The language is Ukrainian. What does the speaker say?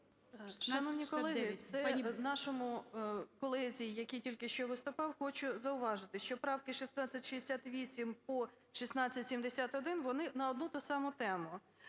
Шановні колеги, це нашому колезі, який тільки що виступав, хочу зауважити, що правки з 1668 по 1671 - вони на одну й ту саму тему,